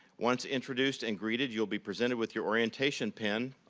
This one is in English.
once introduced and greeted, you'll be presented with your orientation pin,